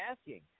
asking